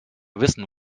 wissen